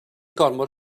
gormod